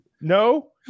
No